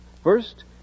First